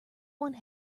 one